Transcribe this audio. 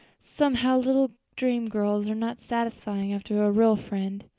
somehow, little dream girls are not satisfying after a real friend.